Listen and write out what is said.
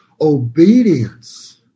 obedience